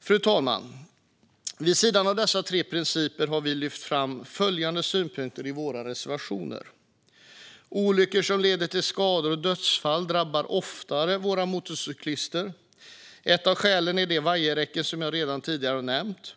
Fru talman! Vid sidan av dessa tre principer har vi lyft fram följande synpunkter i våra reservationer: Olyckor som leder till skador och dödsfall drabbar oftare våra motorcyklister. Ett av skälen är vajerräckena, som jag tidigare nämnt.